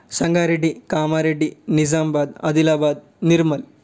Sangareddy Kamareddy Nizamabad Adilabad Nirmal